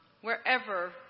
wherever